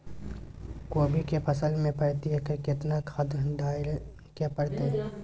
कोबी के फसल मे प्रति एकर केतना खाद डालय के परतय?